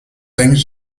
things